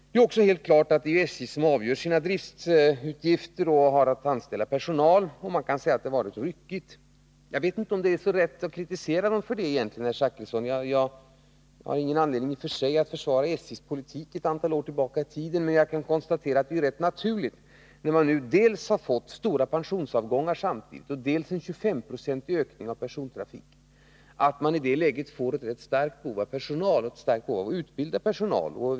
Det är också helt klart att det är SJ som avgör sina driftutgifter och har att anställa personal, och man kan säga att det har varit ryckigt. Jag vet inte om det egentligen är så lätt att kritisera SJ för detta, herr Zachrisson. Jag har i och för sig ingen anledning att försvara SJ:s politik ett antal år tillbaka i tiden, men jag kan konstatera att det är rätt naturligt, när man nu har fått dels stora pensionsavgångar samtidigt, dels en 25-procentig ökning av persontrafiken. I det läget får man ett starkt behov av personal och av utbildning av personal.